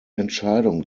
entscheidung